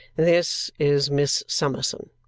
this is miss summerson.